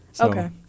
Okay